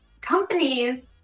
companies